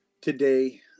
today